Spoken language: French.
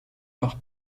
par